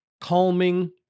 calming